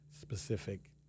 specific